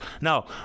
now